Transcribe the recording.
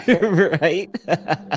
right